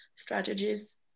Strategies